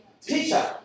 Teacher